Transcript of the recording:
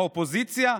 האופוזיציה,